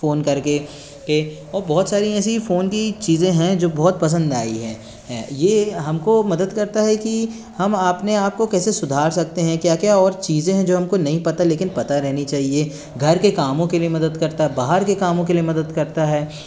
phone करके के और बहुत सारी ऐसी फ़ोन की चीज़ें है जो बहुत पसंद आई है है यह हमको मदद करता है कि हम अपने आप को कैसे सुधार सकते हैं क्या क्या और चीज़ें है जो हमको नहीं पता लेकिन पता रहनी चाहिए घर के कामों के लिए मदद करता बाहर के कामों के लिए मदद करता है